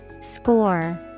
Score